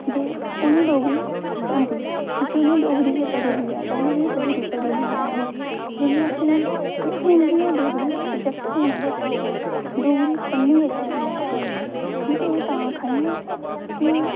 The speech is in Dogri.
ते उ'नें गी डोगरी औंदी क्योंकि उ'नें डोगरी गै पढ़ी दी ऐ पैह्लें दी डोगरी पढ़ी दी ऐ उ'नें ते में आखनी कि हून बी ओह् डोगरी सब्जैक्ट होना गै चाहिदा ऐ डोगरी पढ़नी गै चाहिदी ऐ असें में ते एह् तां आक्खै नी आं कि